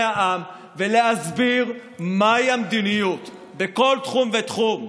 העם ולהסביר מהי המדיניות בכל תחום ותחום,